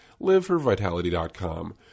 liveforvitality.com